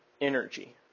Energy